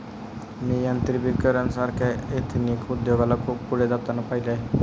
मी यात्राभिकरण सारख्या एथनिक उद्योगाला खूप पुढे जाताना पाहिले आहे